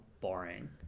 boring